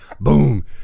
Boom